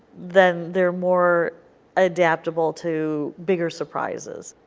then they are more adaptable to bigger surprises.